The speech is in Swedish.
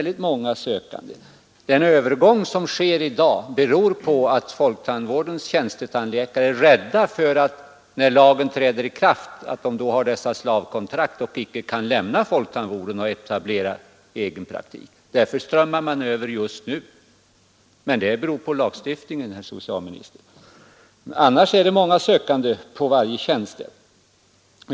Den övergång som sker för närvarande beror på att folktandvårdens tjänstetandläkare är rädda för att de, när lagen träder i kraft, skall ha slavkontrakt och icke kan lämna folktandvården för att etablera egen praktik. De strömmar över just nu, men det beror på lagstiftningen, herr socialminister. Annars är det många sökande till varje tjänst.